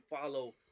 follow